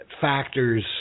factors